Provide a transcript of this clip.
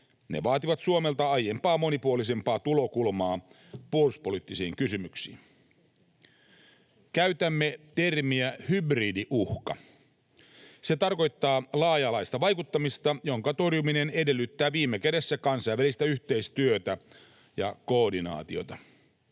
Ne vaativat Suomelta aiempaa monipuolisempaa tulokulmaa puolustuspoliittisiin kysymyksiin. Käytämme termiä hybridiuhka. Se tarkoittaa laaja-alaista vaikuttamista, jonka torjuminen edellyttää viime kädessä kansainvälistä yhteistyötä ja koordinaatiota.